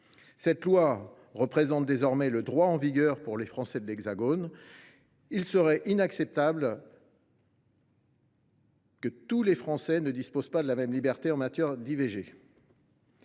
Cette loi représente désormais le droit en vigueur pour les Français de l’Hexagone ; il serait inacceptable que tous les Français ne disposent pas des mêmes libertés en matière d’IVG.